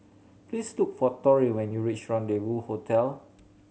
please look for Torrey when you reach Rendezvou Hotel